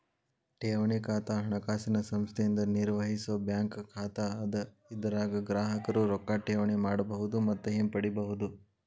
ಠೇವಣಿ ಖಾತಾ ಹಣಕಾಸಿನ ಸಂಸ್ಥೆಯಿಂದ ನಿರ್ವಹಿಸೋ ಬ್ಯಾಂಕ್ ಖಾತಾ ಅದ ಇದರಾಗ ಗ್ರಾಹಕರು ರೊಕ್ಕಾ ಠೇವಣಿ ಮಾಡಬಹುದು ಮತ್ತ ಹಿಂಪಡಿಬಹುದು